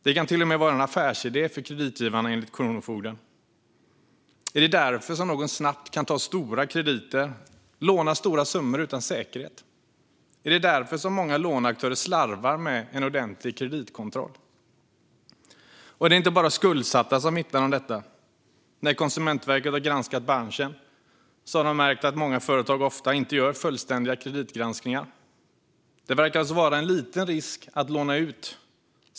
Det kan till och med vara en affärsidé för kreditgivarna, enligt Kronofogden. Är det därför någon snabbt kan ta stora krediter och låna stora summor utan säkerhet? Är det därför många låneaktörer slarvar med en ordentlig kreditkontroll? Det är inte bara skuldsatta som vittnar om detta. När Konsumentverket har granskat branschen har de märkt att många företag inte gör fullständiga kreditgranskningar. Det verkar alltså vara liten risk att låna ut.